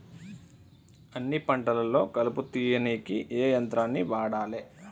అన్ని పంటలలో కలుపు తీయనీకి ఏ యంత్రాన్ని వాడాలే?